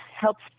helps